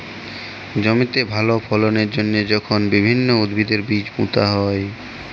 জমিতে ভাল ফললের জ্যনহে যখল বিভিল্ল্য উদ্ভিদের বীজ পুঁতা হ্যয়